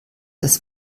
das